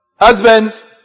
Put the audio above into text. husbands